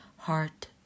heart